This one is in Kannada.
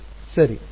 ಮತ್ತು ddz ಸರಿ